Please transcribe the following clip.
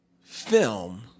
film